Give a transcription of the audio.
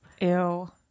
Ew